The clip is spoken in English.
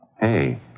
Hey